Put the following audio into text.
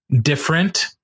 different